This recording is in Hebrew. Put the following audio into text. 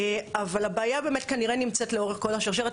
אבל הבעיה באמת כנראה נמצאת לאורך כל השרשרת.